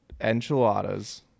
enchiladas